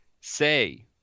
say